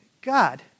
God